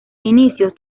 inicios